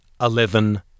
eleven